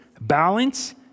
balance